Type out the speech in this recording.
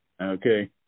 Okay